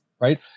right